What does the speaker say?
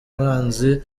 umwanzi